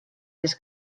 les